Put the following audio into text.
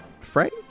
Frank